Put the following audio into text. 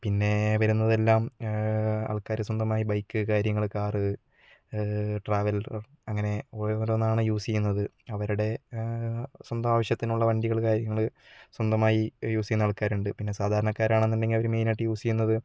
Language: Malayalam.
പിന്നെ വരുന്നതെല്ലാം ആൾക്കാർ സ്വന്തമായി ബൈക്ക് കാര്യങ്ങൾ കാറ് ട്രാവലർ അങ്ങനെ ഓരോന്നാണ് യൂസ് ചെയ്യുന്നത് അവരുടെ സ്വന്തം ആവശ്യത്തിനുള്ള വണ്ടികൾ കാര്യങ്ങൾ സ്വന്തമായി യൂസ് ചെയ്യുന്ന ആൾക്കാരുണ്ട് പിന്നെ സാധാരണക്കാരാണെന്നുണ്ടെങ്കിൽ അവർ മെയിൻ ആയിട്ട് യൂസ് ചെയ്യുന്നത്